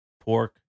pork